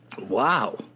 Wow